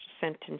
sentence